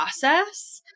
process